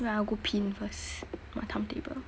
wait ah I go pin first my timetable